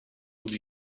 would